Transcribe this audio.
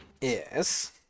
yes